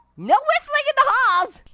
no whistling in the halls!